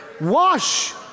wash